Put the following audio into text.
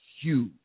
huge